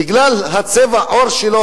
בגלל צבע העור שלו,